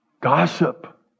Gossip